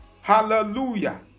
Hallelujah